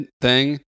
thing-